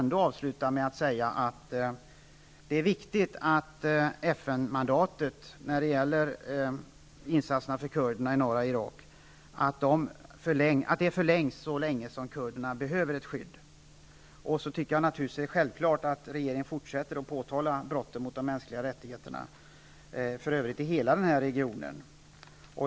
Ändå vill jag avslutningsvis säga att det är viktigt att FN-mandatet när det gäller insatser för kurderna i norra Irak förlängs, dvs. att det gäller så länge kurderna behöver ett skydd. Naturligtvis tycker jag att det är självklart att regeringen fortsätter att påtala brott mot de mänskliga rättigheterna, och det gäller för övrigt hela den här regionen.